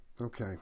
Okay